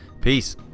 peace